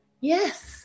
Yes